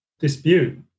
Dispute